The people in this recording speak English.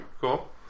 cool